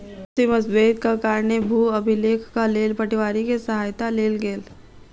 आपसी मतभेदक कारणेँ भू अभिलेखक लेल पटवारी के सहायता लेल गेल